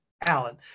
Alan